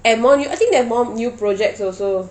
and more new I think they have more new projects also